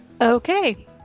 Okay